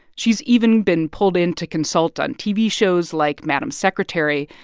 she's even been pulled in to consult on tv shows like madam secretary,